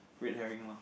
wait hearing lor